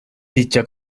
dicha